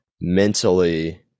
mentally